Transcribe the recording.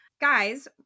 guys